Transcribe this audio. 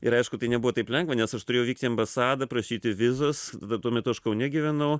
ir aišku tai nebuvo taip lengva nes aš turėjau vykti į ambasadą prašyti vizos tada tuo metu aš kaune gyvenau